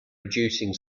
reducing